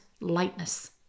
lightness